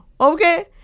okay